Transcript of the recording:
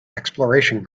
exploration